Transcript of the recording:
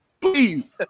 Please